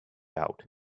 out